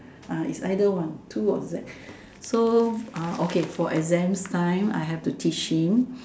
is either one two or Z so okay for exam time I have to teach him